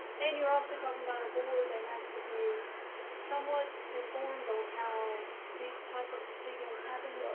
and you're also talking about a board that has to be somewhat informed on how these type of proceedings happen.